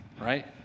right